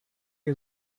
has